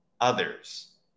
others